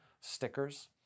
stickers